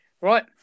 Right